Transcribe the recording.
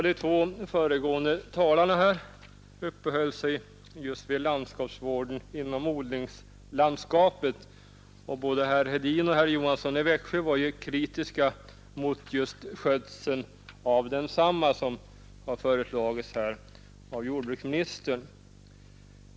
De två föregående talarna uppehöll sig just vid landskapsvården inom odlingslandskapet. Både herr Hedin och herr Johansson i Växjö var ju kritiska mot den skötsel som föreslagits av jordbruksministern.